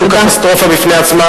גם מארצות-הברית ומהרשות הפלסטינית.